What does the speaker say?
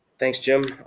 thanks jim,